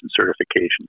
Certification